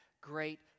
great